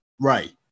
Right